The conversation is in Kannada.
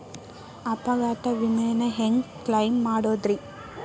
ಅಪಘಾತ ವಿಮೆನ ಹ್ಯಾಂಗ್ ಕ್ಲೈಂ ಮಾಡೋದ್ರಿ?